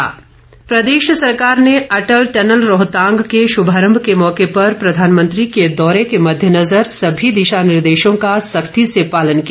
protocol प्रदेश सरकार ने अटल टनल रोहतांग के शुभारंभ के मौके पर प्रधानमंत्री के दौरे के मद्देनज़र सभी दिशा निर्देशों का सख्ती से पालन किया